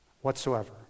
whatsoever